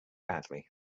badly